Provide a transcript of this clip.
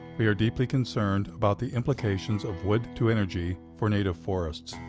we are deeply concerned about the implications of wood-to-energy for native forests.